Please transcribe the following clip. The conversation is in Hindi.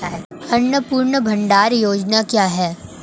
अन्नपूर्णा भंडार योजना क्या है?